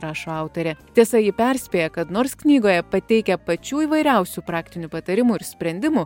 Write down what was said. rašo autorė tiesa ji perspėja kad nors knygoje pateikia pačių įvairiausių praktinių patarimų ir sprendimų